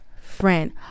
friend